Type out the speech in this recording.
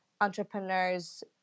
Entrepreneurs